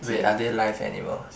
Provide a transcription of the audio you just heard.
wait are they live animals